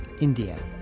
India